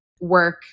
work